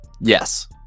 yes